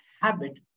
habit